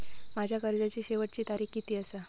माझ्या कर्जाची शेवटची तारीख किती आसा?